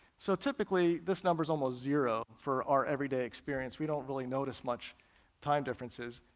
so typically this number is almost zero for our everyday experience, we don't really notice much time differences.